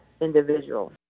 individual